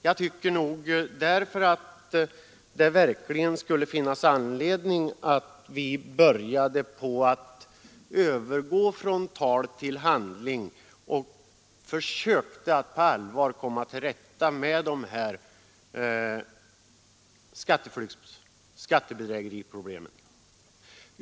Jag tycker därför att det verkligen skulle finnas anledning att vi började övergå från tal till handling och försökte att på allvar komma till rätta med de här skatteflyktsoch skattebedrägeriproblemen.